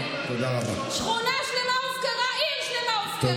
גוטליב, חברת הכנסת טלי גוטליב.